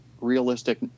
realistic